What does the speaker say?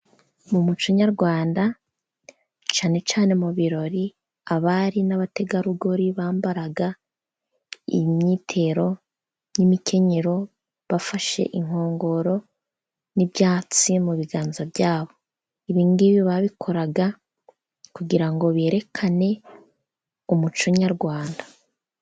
Mu muco nyarwanda cyane cyane mu birori abari n'abategarugori bambaraga imyitero n'imikenyero, bafashe inkongoro n'ibyatsi mu biganza byabo, ibingibi babikoraga kugira ngo berekane umuco nyarwanda.